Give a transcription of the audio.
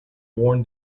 worn